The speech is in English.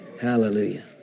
Hallelujah